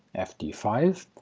fd five,